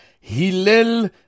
Hillel